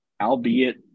albeit